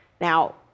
Now